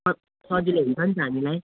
सजिलो हुन्छ नि त हामीलाई